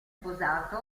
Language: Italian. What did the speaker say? sposato